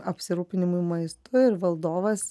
apsirūpinimu maistu ir valdovas